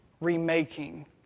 remaking